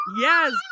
yes